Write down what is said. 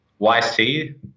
YC